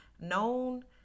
known